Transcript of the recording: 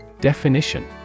Definition